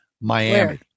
Miami